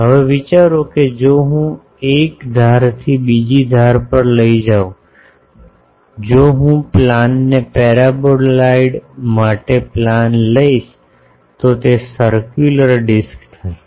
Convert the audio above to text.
હવે વિચારો કે જો હું એક ધારથી બીજી ધાર પર લઈ જાઉં જો હું પ્લાનને પેરાબોલાઇડ માટે પ્લાન લઈશ તો તે સરક્યુલર ડિસ્ક હશે